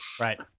Right